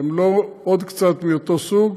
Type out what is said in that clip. הן לא עוד קצת מאותו סוג,